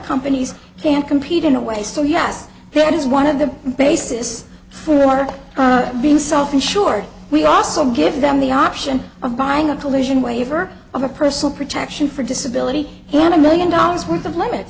companies can't compete in a way so yes that is one of the basis for our being self insured we also give them the option of buying a collision waiver of a personal protection for disability and a million dollars worth of limit